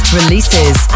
releases